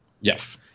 Yes